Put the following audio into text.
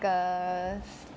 the